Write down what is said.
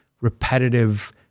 repetitive